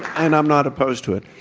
and i'm not opposed to it.